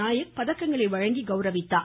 நாயக் பதக்கங்களை வழங்கி கௌரவித்தார்